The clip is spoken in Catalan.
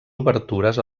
obertures